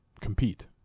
compete